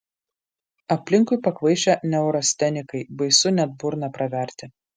aplinkui pakvaišę neurastenikai baisu net burną praverti